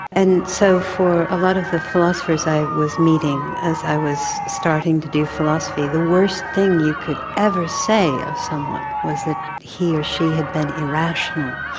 and so for a lot of the philosophers i was meeting as i was starting to do philosophy, the worst thing you could ever say to someone was that he or she had been irrational.